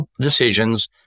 decisions